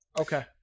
okay